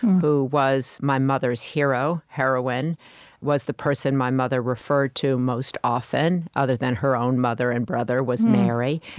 who was my mother's hero, heroine was the person my mother referred to most often other than her own mother and brother, was mary.